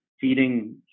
Feeding